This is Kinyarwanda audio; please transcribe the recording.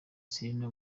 sinema